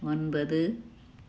ஒன்பது